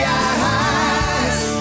eyes